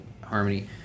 harmony